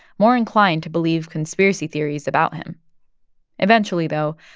more inclined to believe conspiracy theories about him eventually, though,